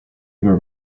were